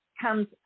comes